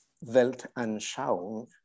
Weltanschauung